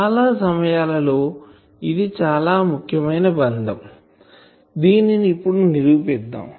చాలా సమయాలలో ఇది చాలా ముఖ్యమైన బంధం దీనిని ఇప్పుడు నిరూపిద్దాం